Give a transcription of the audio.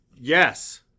Yes